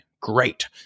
great